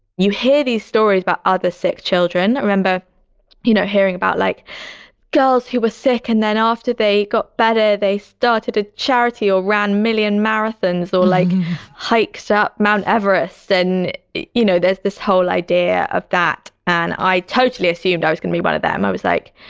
you hear these stories about other sick children. i remember you know hearing about like girls who were sick and then after they got better, they started a charity or ran million marathons or like hiked up mount everest. and, you know, there's this whole idea of that. and i totally assumed i was gonna be one of them. i was like,